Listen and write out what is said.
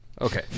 Okay